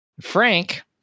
Frank